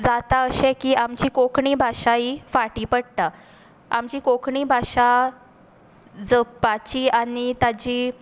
जाता अशें की आमची कोंकणी भाशा ही फाटीं पडटा आमची कोंकणी भाशा जपपाची आनी ताची